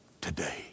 today